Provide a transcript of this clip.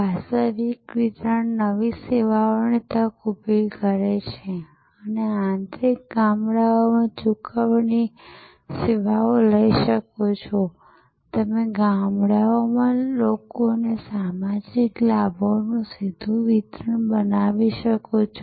વાસ્તવિક વિતરણ નવી સેવાની તકો ઊભી કરી શકે છે તમે આંતરિક ગામડાઓમાં ચુકવણી સેવાઓ લઈ શકો છો તમે ગામડાઓમાં લોકોને સામાજિક લાભોનુ સીધુ વિતરણ બનાવી શકો છો